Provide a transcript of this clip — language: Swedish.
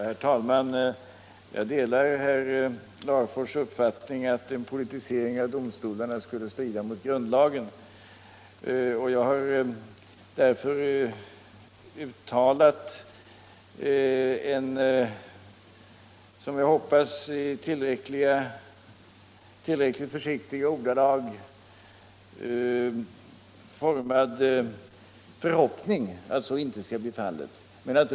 Herr talman! Jag delar herr Larfors uppfattning att en politisering av domstolarna skulle strida mot grundlagen. Jag har därför uttalat en, som jag hoppas, i tillräckligt försiktiga ordalag formad förhoppning att så inte skall bli fallet.